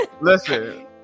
Listen